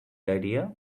idea